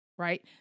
right